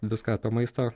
viską apie maistą